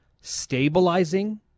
stabilizing